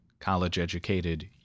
college-educated